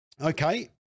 Okay